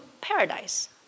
paradise